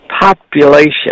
population